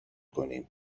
کنیم